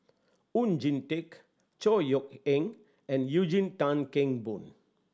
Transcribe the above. Oon Jin Teik Chor Yeok Eng and Eugene Tan Kheng Boon